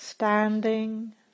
Standing